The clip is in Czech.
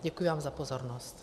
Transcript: Děkuji vám za pozornost.